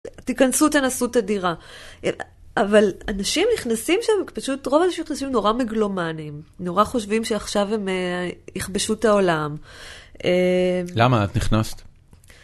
תיכנסו, תנסו את הדירה, אבל אנשים נכנסים שם, פשוט רוב האנשים נכנסים נורא מגלומנים, נורא חושבים שעכשיו הם יכבשו את העולם. למה את נכנסת?